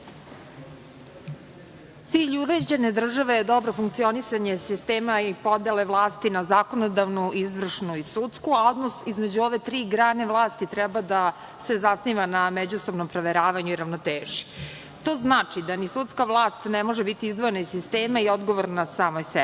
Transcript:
Cilj uređene države je dobro funkcionisanje sistema i podele vlasti na zakonodavnu, izvršnu i sudsku, a odnos između ove tri grane vlasti treba da se zasniva na međusobnom proveravanju i ravnoteži. To znači da ni sudska vlast ne može biti izdvojena iz sistema i odgovorna samoj sebi.